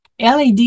LED